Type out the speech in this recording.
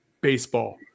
Baseball